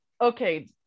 okay